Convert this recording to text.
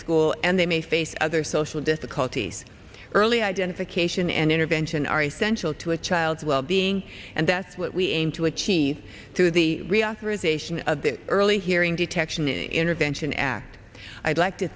school and they may face other social difficulties early identification and intervention are essential to a child's wellbeing and that's what we aim to achieve through the reauthorization of the early hearing detection intervention act i'd like to